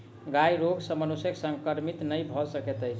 गायक रोग सॅ मनुष्य संक्रमित नै भ सकैत अछि